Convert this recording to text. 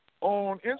on